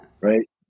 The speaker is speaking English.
Right